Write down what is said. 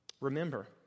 Remember